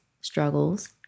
struggles